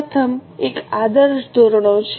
પ્રથમ એક આદર્શ ધોરણો છે